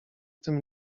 tym